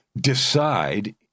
Decide